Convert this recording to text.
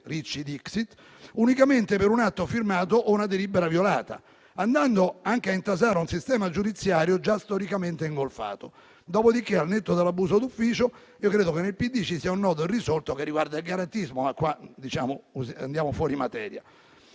Ricci *dixit* - «unicamente per un atto firmato o una delibera violata, andando anche a intasare un sistema giudiziario già storicamente ingolfato. Dopodiché, al netto dell'abuso d'ufficio, io credo che nel PD ci sia un nodo irrisolto che riguarda il garantismo», ma qua andiamo fuori materia.